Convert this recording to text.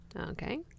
Okay